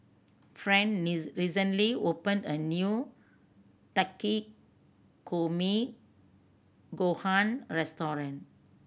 Friend recently opened a new Takikomi Gohan Restaurant